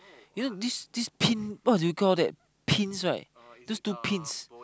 you know this this pin what do you call that pins right those two pins